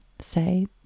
say